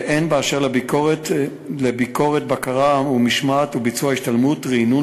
הן באשר לביקורת בקרה ומשמעת וביצוע השתלמות רענון